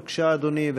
בבקשה, אדוני.